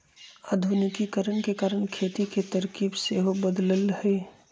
आधुनिकीकरण के कारण खेती के तरकिब सेहो बदललइ ह